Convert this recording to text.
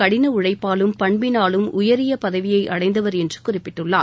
கடின உழைப்பாலும் பண்பினாலும் உயரிய பதவியை அடைந்தவர் என்று குறிப்பிட்டுள்ளார்